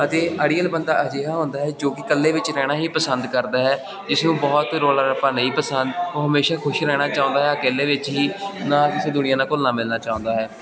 ਅਤੇ ਅੜੀਅਲ ਬੰਦਾ ਅਜਿਹਾ ਹੁੰਦਾ ਹੈ ਜੋ ਕਿ ਇਕੱਲੇ ਵਿੱਚ ਰਹਿਣਾ ਹੀ ਪਸੰਦ ਕਰਦਾ ਹੈ ਜਿਸ ਨੂੰ ਬਹੁਤ ਰੋਲਾ ਰੱਪਾ ਨਹੀਂ ਪਸੰਦ ਉਹ ਹਮੇਸ਼ਾ ਖੁਸ਼ ਰਹਿਣਾ ਚਾਹੁੰਦਾ ਹੈ ਇਕੱਲੇ ਵਿੱਚ ਹੀ ਨਾ ਕਿਸੇ ਦੁਨੀਆ ਨਾਲ ਘੁਲਣਾ ਮਿਲਣਾ ਚਾਹੁੰਦਾ ਹੈ